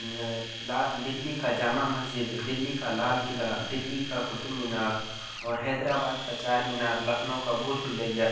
دلی کا جامع مسجد دلی کا لال قلعہ دلی کا قطب مینار اور حیدر آباد کا چار مینار لکھنؤ کا بھول بھلیا